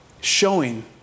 showing